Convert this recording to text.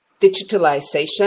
digitalization